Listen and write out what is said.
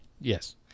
Yes